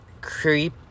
creep